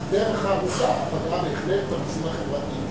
הדרך הארוכה פגעה בהחלט בנושאים החברתיים,